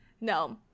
no